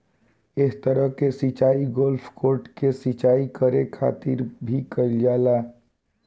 एह तरह के सिचाई गोल्फ कोर्ट के सिंचाई करे खातिर भी कईल जाला